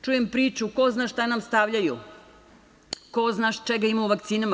Čujem priču – ko zna šta nam stavljaju, ko zna čega ima u vakcinama.